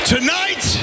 Tonight